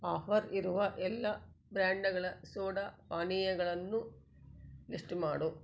offer ಇರುವ ಎಲ್ಲ ಬ್ರ್ಯಾಂಡ್ಗಳ ಸೋಡಾ ಪಾನೀಯಗಳನ್ನು ಲಿಸ್ಟ್ ಮಾಡು